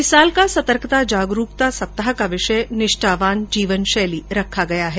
इस साल का सतर्कता जागरूकता सप्ताह का विषय निष्ठावान जीवन शैली रखा गया है